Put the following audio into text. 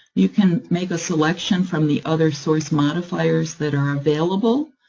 you can make a selection from the other source modifiers that are available,